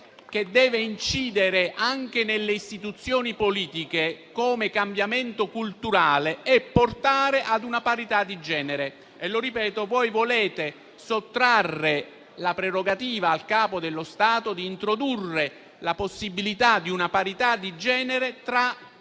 che deve incidere anche nelle istituzioni politiche come cambiamento culturale, sta nel portare a una parità di genere. Ripeto che voi volete sottrarre la prerogativa al Capo dello Stato di introdurre la possibilità di una parità di genere tra i